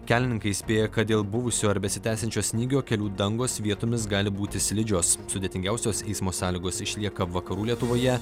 kelininkai įspėja kad dėl buvusio ar besitęsiančio snygio kelių dangos vietomis gali būti slidžios sudėtingiausios eismo sąlygos išlieka vakarų lietuvoje